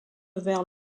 vers